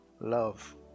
love